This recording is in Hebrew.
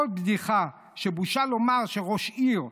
עוד בדיחה שבושה לומר שראש עיר,